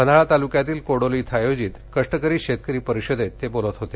पन्हाळा तालुक्यातील कोडोली इथं आयोजित कष्टकरी शेतकरी परिषदेत ते बोलत होते